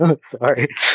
Sorry